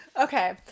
Okay